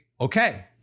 Okay